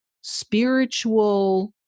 spiritual